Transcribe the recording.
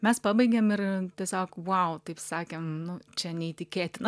mes pabaigėm ir tiesiog vau taip sakėm nu čia neįtikėtina